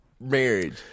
marriage